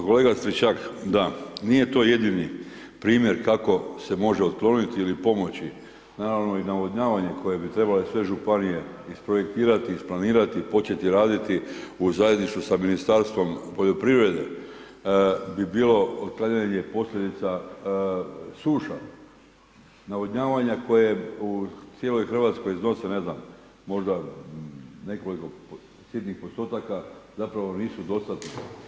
Pa kolega Stričak, da, nije to jedini primjer kako se može otkloniti ili pomoći, naravno i navodnjavanje koje bi trebale sve županije isprojektirati, isplanirati, početi raditi u zajedništvu sa Ministarstvom poljoprivrede bi bilo otklanjanje posljedica suša, navodnjavanja koje u cijeloj Hrvatskoj iznosi, ne znam, možda nekoliko sitnih postotaka, zapravo nisu dostatni.